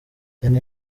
danny